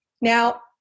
now